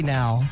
now